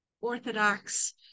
Orthodox